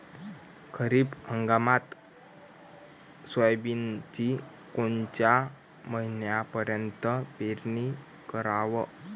खरीप हंगामात सोयाबीनची कोनच्या महिन्यापर्यंत पेरनी कराव?